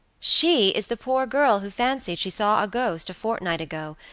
she is the poor girl who fancied she saw a ghost a fortnight ago,